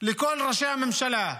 לכל ראשי הממשלה,